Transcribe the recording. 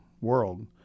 world